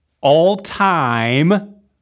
all-time